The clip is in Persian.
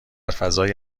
فضای